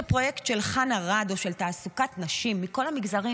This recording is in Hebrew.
הפרויקט של חאן ערד או של תעסוקת נשים מכל המגזרים,